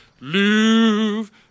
love